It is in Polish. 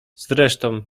zresztą